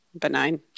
Benign